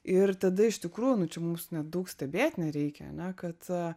ir tada iš tikrųjų nu čia mums net daug stebėt nereikia ane kad